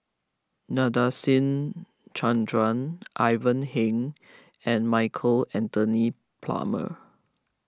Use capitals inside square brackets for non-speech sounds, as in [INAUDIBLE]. Nadasen Chandra Ivan Heng and Michael Anthony [UNINTELLIGIBLE]